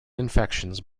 infections